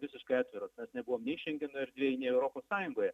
visiškai atviros mes nebuvom nei šengeno erdvėj nei europos sąjungoje